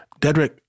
Dedrick